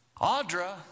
Audra